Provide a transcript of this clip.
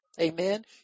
Amen